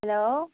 hello